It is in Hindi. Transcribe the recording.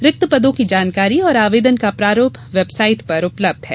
रिक्त पदों की जानकारी और आवेदन का प्रारूप वेबसाइट पर उपलब्ध है